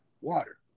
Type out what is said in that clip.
water